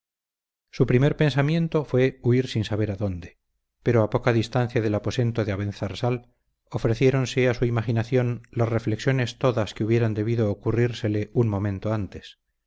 su primer pensamiento fue huir sin saber adónde pero a poca distancia del aposento de abenzarsal ofreciéronse a su imaginación las reflexiones todas que hubieran debido ocurrírsele un momento antes